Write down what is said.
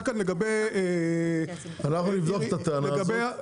כאן לגבי -- אנחנו נבדוק את הטענה הזו,